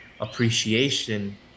appreciation